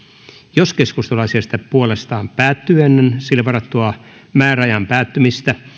jos keskustelu asiasta puolestaan päättyy ennen sille varatun määräajan päättymistä